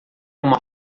uma